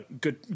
Good